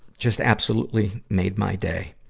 just absolutely made my day.